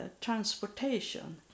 transportation